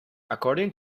according